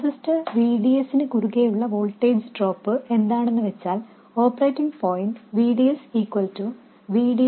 transistor VDS നു കുറുകേയുള്ള voltage drop എന്താണെന്നു വെച്ചാൽ operating point VDS VDD ID0 RD